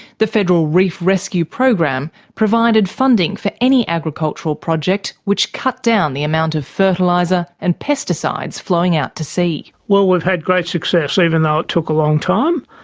the federal reef rescue program provided funding for any agricultural project which cut down the amount of fertiliser and pesticides flowing out to sea. well, we've had great success even though it took a long time.